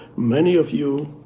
many of you